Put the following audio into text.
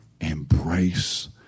embrace